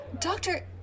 Doctor